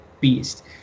beast